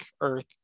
Earth